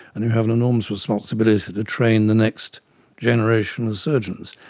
and you have an enormous responsibility to train the next generation of surgeons.